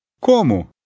Como